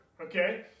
Okay